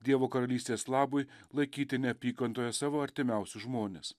dievo karalystės labui laikyti neapykantoje savo artimiausius žmones